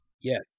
Yes